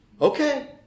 Okay